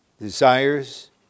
desires